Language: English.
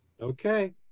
okay